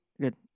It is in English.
Good